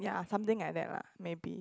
ya something like that lah maybe